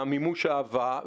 מימוש האהבה,